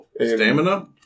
Stamina